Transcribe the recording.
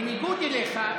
בניגוד אליך,